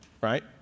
right